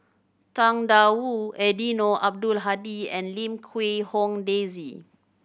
Tang Da Wu Eddino Abdul Hadi and Lim Quee Hong Daisy